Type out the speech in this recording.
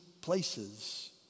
places